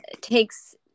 takes